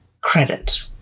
credit